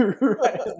right